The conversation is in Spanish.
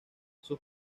sus